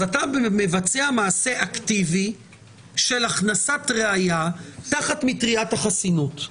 אז אתה מבצע מעשה אקטיבי של הכנסת ראיה תחת מטריית החסינות.